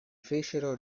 fecero